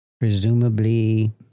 Presumably